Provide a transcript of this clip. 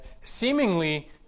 seemingly